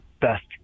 best